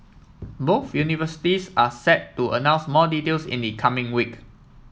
both universities are set to announce more details in the coming week